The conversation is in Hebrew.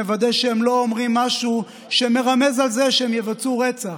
נוודא שהם לא אומרים משהו שמרמז על זה שהם יבצעו רצח.